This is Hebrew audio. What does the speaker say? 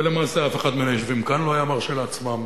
ולמעשה, אף אחד מן היושבים כאן לא היה מרשה לעצמו.